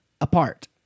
apart